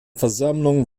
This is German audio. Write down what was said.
versammlung